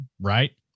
right